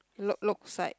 look looks like